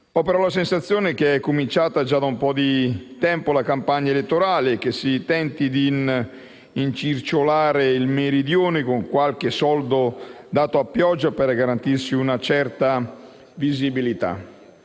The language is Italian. Ho la sensazione che sia cominciata già da un po' di tempo la campagna elettorale e che si tenti di abbindolare il Meridione con qualche finanziamento, dato a pioggia, per garantirsi una certa visibilità.